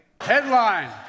Headline